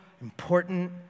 important